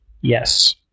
Yes